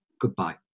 goodbye